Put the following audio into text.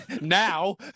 now